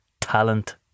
talent